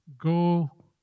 go